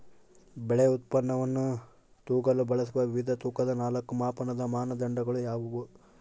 ಬೆಳೆ ಉತ್ಪನ್ನವನ್ನು ತೂಗಲು ಬಳಸುವ ವಿವಿಧ ತೂಕದ ನಾಲ್ಕು ಮಾಪನದ ಮಾನದಂಡಗಳು ಯಾವುವು?